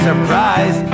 Surprise